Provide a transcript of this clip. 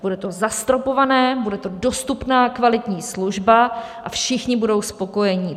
Bude to zastropované, bude to dostupná kvalitní služba a všichni budou spokojení.